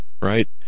right